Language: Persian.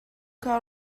کار